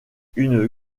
une